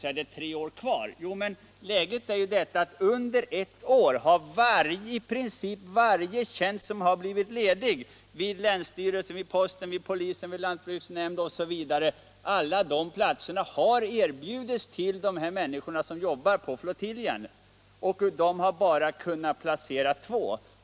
Han hänvisade till att det var tre år kvar. Men under ett år har i princip varje tjänst som blivit ledig — vid länsstyrelsen, posten, polisen, lantbruksnämnden osv. — erbjudits de människor som jobbar på flottiljen, men av dessa har man bara lyckats placera två.